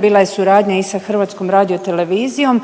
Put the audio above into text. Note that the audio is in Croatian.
Bila je suradnja i sa HRT-om upravo na razvoju